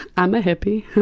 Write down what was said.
i'm a hippie.